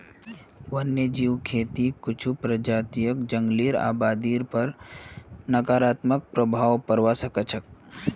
वन्यजीव खेतीक कुछू प्रजातियक जंगली आबादीर पर नकारात्मक प्रभाव पोड़वा स ख छ